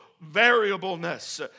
variableness